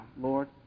Lord